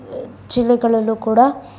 ಜಿಲ್ಲೆಗಳಲ್ಲೂ ಕೂಡ